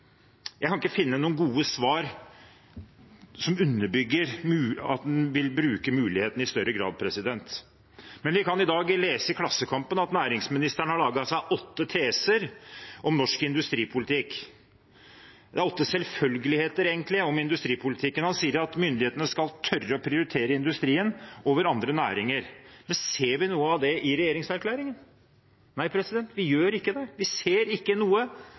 Jeg kan ikke finne noen gode svar som underbygger at en vil bruke muligheten i større grad. Men vi kan i dag lese i Klassekampen at næringsministeren har laget seg åtte teser om norsk industripolitikk – ja, egentlig åtte selvfølgeligheter om industripolitikken. Han sier at myndighetene skal tørre å prioritere industrien over andre næringer. Men ser vi noe av det i regjeringserklæringen? Nei, vi gjør ikke det. Vi ser ikke noe